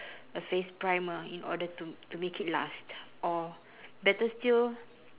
a face primer in order to to make it last or better still